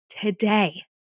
today